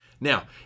Now